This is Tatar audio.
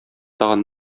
тагын